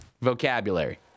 Vocabulary